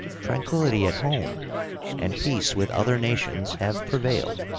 tranquillity at home and peace with other nations have prevailed.